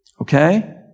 okay